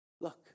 Look